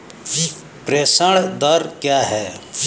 प्रेषण दर क्या है?